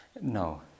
No